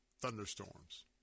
thunderstorms